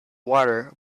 water